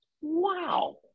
Wow